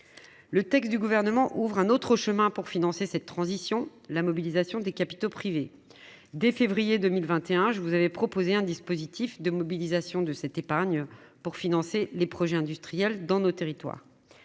Le projet de loi ouvre un autre chemin pour financer cette transition : la mobilisation des capitaux privés. Dès février 2021, j'ai proposé un dispositif de mobilisation de cette épargne pour financer les projets industriels dans nos territoires.